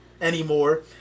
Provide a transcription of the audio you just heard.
anymore